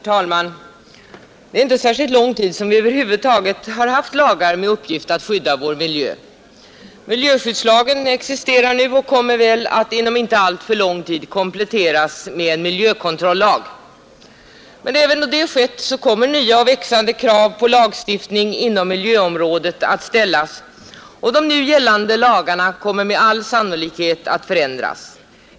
Herr talman! Det är inte särskilt lång tid som vi över huvud taget har haft lagar med uppgift att skydda vår miljö. Miljöskyddslagen existerar emellertid och kommer väl att inom inte alltför lång tid kompletteras med en miljökontrollag. Men även då detta skett kommer nya och växande krav på lagstiftning inom miljöområdet att ställas, och de nu gällande lagarna kommer med all sannolikhet att förändras.